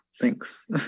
Thanks